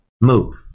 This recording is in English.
move